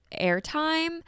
airtime